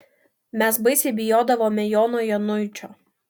mes baisiai bijodavome jono januičio